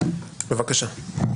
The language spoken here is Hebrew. בבקשה.